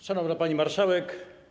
Szanowna Pani Marszałek!